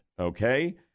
okay